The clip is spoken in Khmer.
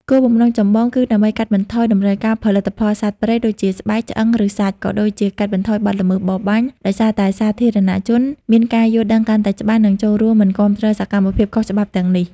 គោលបំណងចម្បងគឺដើម្បី កាត់បន្ថយតម្រូវការផលិតផលសត្វព្រៃ ដូចជាស្បែក ឆ្អឹង ឬសាច់ ក៏ដូចជា កាត់បន្ថយបទល្មើស បរបាញ់ ដោយសារតែសាធារណជនមានការយល់ដឹងកាន់តែច្បាស់ និងចូលរួមមិនគាំទ្រសកម្មភាពខុសច្បាប់ទាំងនេះ។